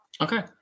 Okay